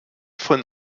von